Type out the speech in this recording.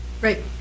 Right